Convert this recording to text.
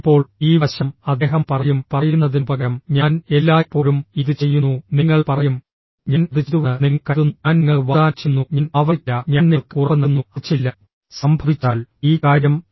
ഇപ്പോൾ ഈ വശം അദ്ദേഹം പറയും പറയുന്നതിനുപകരം ഞാൻ എല്ലായ്പ്പോഴും ഇത് ചെയ്യുന്നു നിങ്ങൾ പറയും ഞാൻ അത് ചെയ്തുവെന്ന് നിങ്ങൾ കരുതുന്നു ഞാൻ നിങ്ങൾക്ക് വാഗ്ദാനം ചെയ്യുന്നു ഞാൻ ആവർത്തിക്കില്ല ഞാൻ നിങ്ങൾക്ക് ഉറപ്പ് നൽകുന്നു അത് ചെയ്യില്ല സംഭവിച്ചാൽ ഈ കാര്യം future